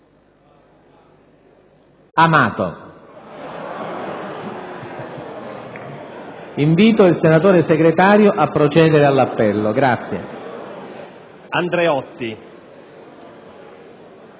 Amato).* Invito il senatore segretario a procedere all'appello iniziando